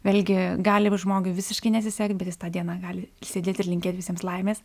vėlgi gali žmogui visiškai nesisekt bet jis tą dieną gali sėdėt ir linkėt visiems laimės